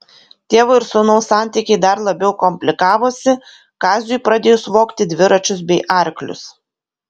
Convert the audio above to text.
tėvo ir sūnaus santykiai dar labiau komplikavosi kaziui pradėjus vogti dviračius bei arklius